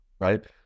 right